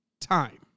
time